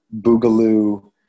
boogaloo